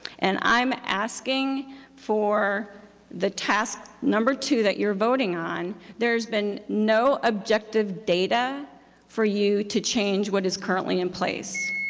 and i'm asking for the task number two that you're voting on, there's been no objective data for you to change what is currently in place.